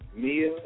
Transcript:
Mia